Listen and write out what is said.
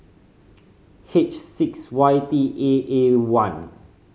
H six Y T A A one